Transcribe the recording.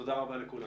תודה רבה לכולם.